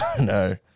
no